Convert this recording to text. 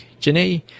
Janae